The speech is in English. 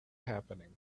happening